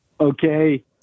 okay